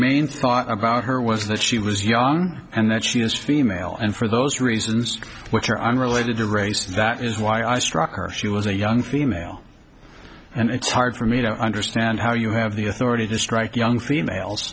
main thought about her was that she was young and that she was female and for those reasons which are unrelated to race and that is why i struck her she was a young female and it's hard for me to understand how you have the authority to strike young females